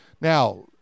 Now